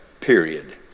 period